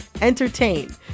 entertain